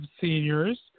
seniors